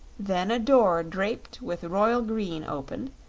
then a door draped with royal green opened,